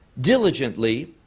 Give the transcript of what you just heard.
diligently